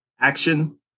action